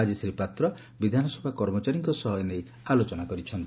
ଆଜି ଶ୍ରୀ ପାତ୍ର ବିଧାନସଭା କର୍ମଚାରୀଙ୍କ ସହ ଏ ନେଇ ଆଲୋଚନା କରିଛନ୍ତି